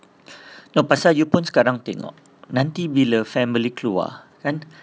no pasal you pun sekarang tengok nanti bila family keluar kan